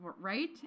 right